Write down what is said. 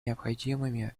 необходимыми